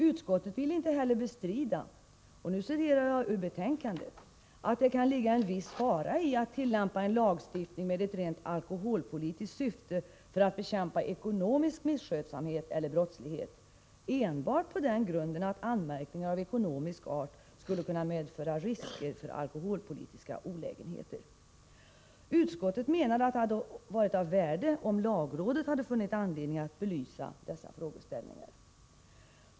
Utskottet ville inte heller i betänkandet bestrida att ”det kan ligga en viss fara i att tillämpa en lagstiftning med ett rent alkoholpolitiskt syfte för att bekämpa ekonomisk misskötsamhet eller brottslighet enbart på den grunden att anmärkningar av ekonomisk art skulle kunna medföra risker för alkoholpolitiska olägenheter”. Utskottet menade att det hade varit av värde om lagrådet funnit anledning att belysa dessa frågeställningar.